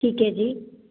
ਠੀਕ ਹੈ ਜੀ ਠੀਕ ਹੈ